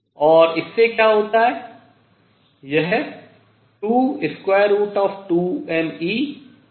और इससे क्या होता है